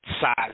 size